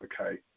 okay